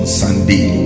sunday